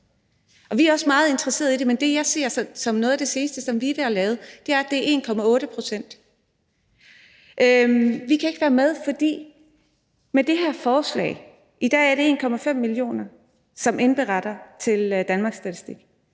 Vi er også meget interesserede i det, men det, jeg ser, og som er noget af det seneste, og som er det, VIVE har lavet, er, at det er 1,8 pct. Vi kan ikke være med, for jeg synes, vi har statistikker nok: I dag er det 1,5 millioner, som indberetter til Danmarks Statistik;